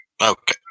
okay